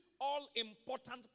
all-important